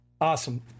awesome